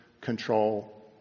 control